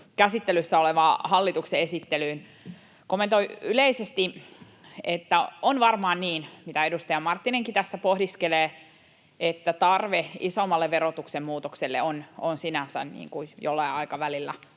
käsittelyssä olevassa hallituksen esityksessä. Kommentoin yleisesti, että on varmaan niin, mitä edustaja Marttinenkin tässä pohdiskelee, että tarve isommalle verotuksen muutokselle on sinänsä, jollain aikavälillä,